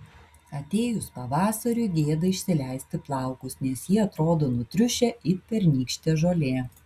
atėjus pavasariui gėda išsileisti plaukus nes jie atrodo nutriušę it pernykštė žolė